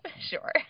sure